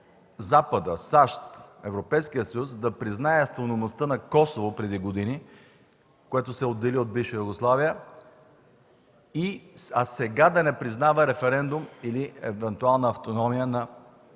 Западът, САЩ, Европейският съюз да признаят автономността на Косово преди години, което се отдели от бивша Югославия, а сега да не признават референдум или евентуална автономия на Кримската